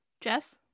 Jess